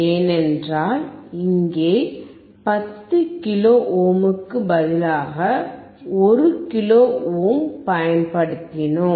ஏனென்றால் இங்கே 10 கிலோ ஓமுக்கு பதிலாக 1 கிலோ ஓம் பயன்படுத்தினோம்